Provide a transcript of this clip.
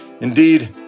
Indeed